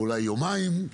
אולי יומיים,